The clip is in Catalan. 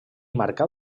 marcà